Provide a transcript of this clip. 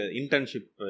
internship